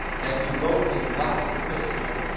that he wrote his last epistle,